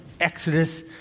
Exodus